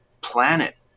planet